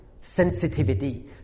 sensitivity